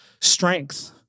strength